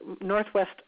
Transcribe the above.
Northwest